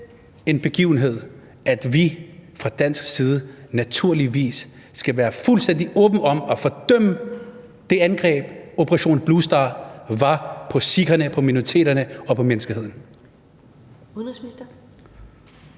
en begivenhed, at vi fra dansk side naturligvis skal være fuldstændig åbne om at fordømme det angreb, som »Operation Blue Star« var på sikherne, på minoriteterne og på menneskeheden?